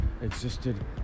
existed